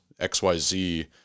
xyz